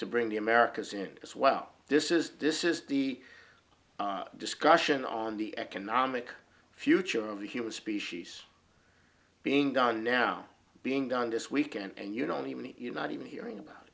to bring the americas in as well this is this is the discussion on the economic future of the human species being done now being done this week and you don't even eat you not even hearing about